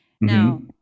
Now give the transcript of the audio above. now